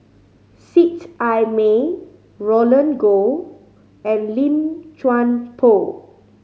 Seet Ai Mee Roland Goh and Lim Chuan Poh